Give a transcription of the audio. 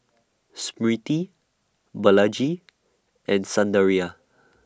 Smriti Balaji and Sundaraiah